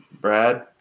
brad